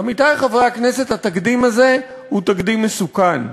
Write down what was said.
עמיתי חברי הכנסת, התקדים הזה הוא תקדים מסוכן,